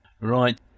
Right